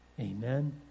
amen